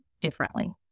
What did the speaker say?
differently